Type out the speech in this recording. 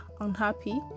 unhappy